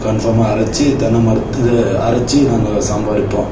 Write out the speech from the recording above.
கன்ஃபார்மாக அரைச்சி தென்ன மரத் இது அரைச்சு நாங்கள் சாம்பார் வைப்போம்